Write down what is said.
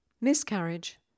Miscarriage